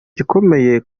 gikomeye